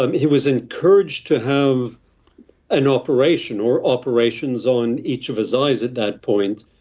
um he was encouraged to have an operation or operations on each of his eyes at that point,